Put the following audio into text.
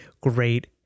great